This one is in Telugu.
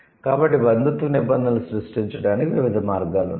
కాబట్టి బంధుత్వ నిబంధనలు సృష్టించడానికి వివిధ మార్గాలు ఉన్నాయి